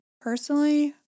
Personally